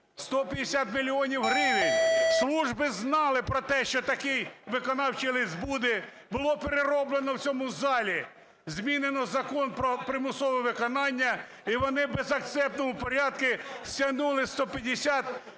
150 мільйонів гривень. Служби знали про те, що такий виконавчий лист буде. Було перероблено в цьому залі, змінено Закон про примусове виконання. І вони в безакцентному порядку стягнули 150 мільйонів